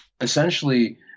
essentially –